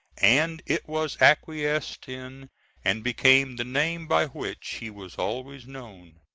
and it was acquiesced in and became the name by which he was always known.